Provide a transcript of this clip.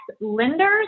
lenders